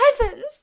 heavens